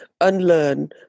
unlearn